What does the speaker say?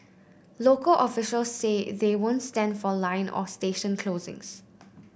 local officials say they won't stand for line or station closings